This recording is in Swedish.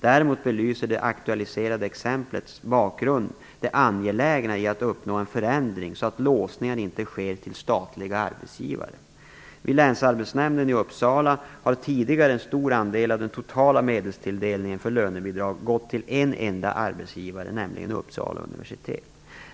Däremot belyser det aktualiserade exemplets bakgrund det angelägna i att uppnå en förändring så att låsningar inte sker till statliga arbetsgivare. Vid Länsarbetsnämnden i Uppsala har tidigare en stor andel av den totala medelstilldelningen för lönebidrag gått till en enda arbetsgivare, nämligen Uppsala universitet.